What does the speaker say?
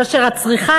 כאשר הצריכה